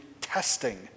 testing